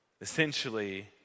Essentially